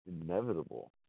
inevitable